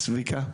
צביקה.